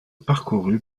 parcouru